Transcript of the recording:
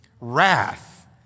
Wrath